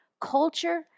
Culture